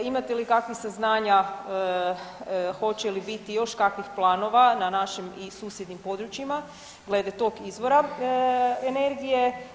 Imate li kakvih saznanja hoće li biti još kakvih planova na našim i susjednim područjima glede tog izvora energije.